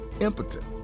impotent